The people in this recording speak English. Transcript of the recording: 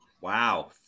Wow